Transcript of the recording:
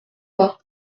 pas